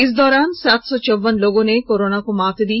इस दौरान सात सौ चौवन लोगों ने कोरोना को मात दी